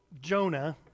Jonah